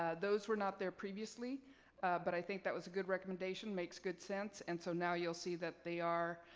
ah those were not there previously but i think that was a good recommendation, makes good sense, and so now you'll see that they are,